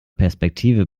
perspektive